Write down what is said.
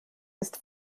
ist